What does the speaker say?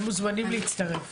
הם מוזמנים להצטרף.